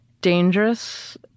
dangerous